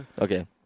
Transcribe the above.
Okay